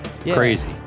Crazy